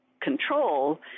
control